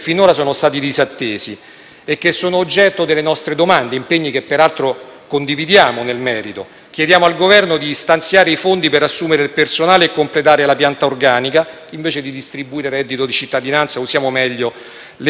e che sono oggetto delle nostre domande (impegni che, peraltro, condividiamo nel merito). Chiediamo al Governo di stanziare i fondi per assumere il personale e completare la pianta organica. Invece di distribuire reddito di cittadinanza, usiamo meglio le risorse e creiamo lavoro vero.